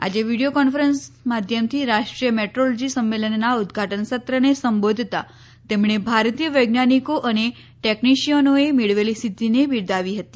આજે video conference માધ્યમથી રાષ્ટ્રીય મેટ્રોલોજી સંમેલનના ઉદઘાટન સત્રને સંબોધતા તેમણે ભારતીય વૈજ્ઞાનિકો અને ટેકનિશિયનોએ મેળવેલી સિદ્ધીને બિરદાવી હતી